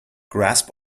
grasp